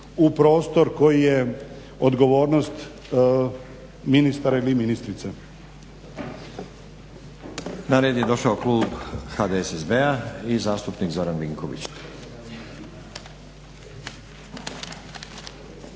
u prostor koji je odgovornost ministara ili ministrice. **Stazić, Nenad (SDP)** Na redu je došao klub HDSSB-a i zastupnik Zoran Vinković.